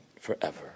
forever